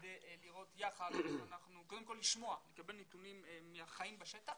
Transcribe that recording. כדי קודם כל לשמוע, לקבל נתונים מהחיים בשטח,